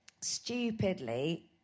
stupidly